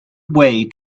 way